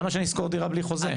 למה שאני אשכור דירה בלי חוזה?